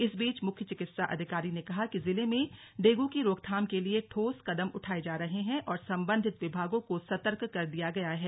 इस बीच मुख्य चिकित्सा अधिकारी ने कहा है कि जिले मे डेंगू की रोकथाम के लिये ठोस कदम उठाए जा रहे हैं और संबंधित विभागो को सतर्क कर दिया गया है